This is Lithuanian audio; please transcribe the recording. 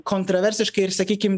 kontraversiškai ir sakykim